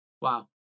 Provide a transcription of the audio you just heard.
wow